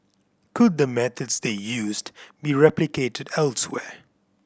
could the methods they used be replicated elsewhere